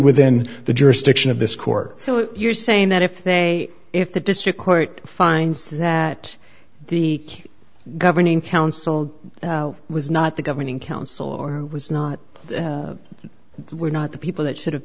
within the jurisdiction of this court so you're saying that if they if the district court finds that the governing council was not the governing council or was not were not the people that should have